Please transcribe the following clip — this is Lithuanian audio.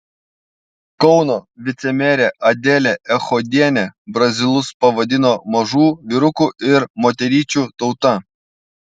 kauno vicemerė adelė echodienė brazilus pavadino mažų vyrukų ir moteryčių tauta